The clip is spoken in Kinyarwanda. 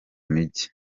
migi